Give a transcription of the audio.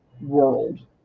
world